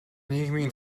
нийгмийн